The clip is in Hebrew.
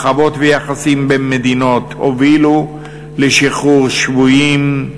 מחוות ויחסים בין מדינות הובילו לשחרור שבויים,